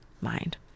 mind